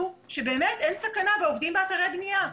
שבאמת אין סכנה לעובדים באתרי בנייה,